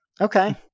Okay